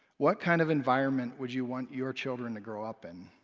what kind of environment would you want your children to grow up in?